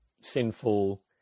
sinful